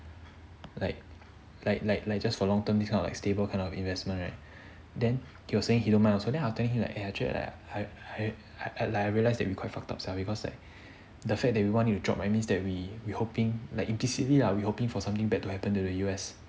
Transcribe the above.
like like like like just for long term this kind of stable kind of investment right then you're saying he don't mind also then I tell him like I legit like I I I I realised that we quite fucked up sia cause like the fact that we want it to drop that means we we hoping like implicitly lah we hoping for something bad to happen to the U_S